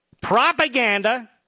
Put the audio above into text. propaganda